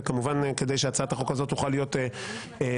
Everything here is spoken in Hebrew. וכמובן כדי שהצעת החוק הזאת תוכל להיות ממוזגת